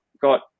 got